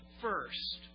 first